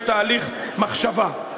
יש תהליך מחשבה,